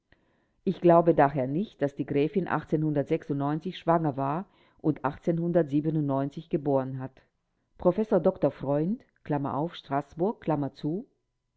ich glaube daher nicht daß die gräfin schwanger war und hat professor dr